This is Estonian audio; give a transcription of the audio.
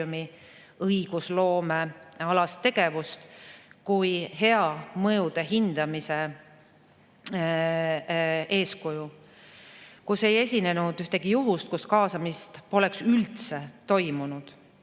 õigusloomealast tegevust kui hea mõjude hindamise eeskuju, kus ei esinenud ühtegi juhust, kus kaasamist poleks üldse toimunud,